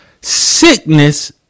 Sickness